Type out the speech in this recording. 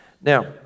Now